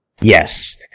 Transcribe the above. Yes